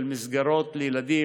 של מסגרות לילדים,